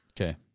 Okay